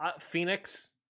Phoenix